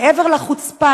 מעבר לחוצפה,